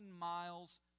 miles